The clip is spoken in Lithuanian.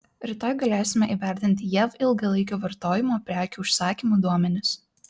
rytoj galėsime įvertinti jav ilgalaikio vartojimo prekių užsakymų duomenis